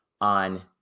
on